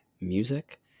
music